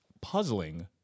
puzzling